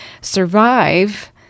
survive